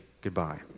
goodbye